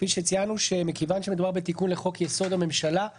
יצחק הלוי ולחבר הכנסת מקלב,